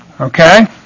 okay